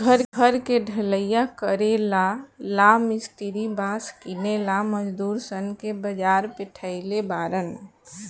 घर के ढलइया करेला ला मिस्त्री बास किनेला मजदूर सन के बाजार पेठइले बारन